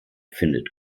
findet